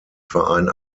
verein